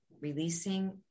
releasing